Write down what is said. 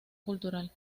cultural